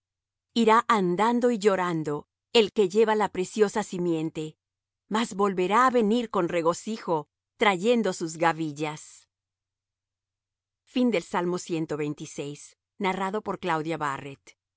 irá andando y llorando el que lleva la preciosa simiente mas volverá á venir con regocijo trayendo sus gavillas